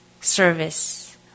service